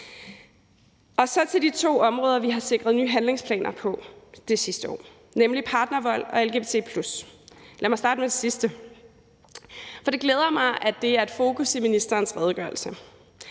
Så er der de to områder, som vi har sikret nye handlingsplaner for det sidste år, nemlig partnervold og lgbt+. Lad mig starte med det sidste, for det glæder mig, at det er et fokus i ministerens redegørelse.